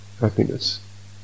happiness